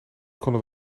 kon